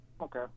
Okay